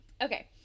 Okay